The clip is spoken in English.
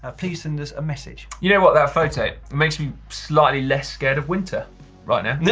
ah please send us a message. you know what, that photo makes me slightly less scared of winter right now. yeah